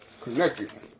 connected